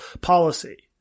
policy